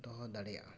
ᱫᱚᱦᱚ ᱫᱟᱲᱮᱭᱟᱜᱼᱟ